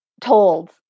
told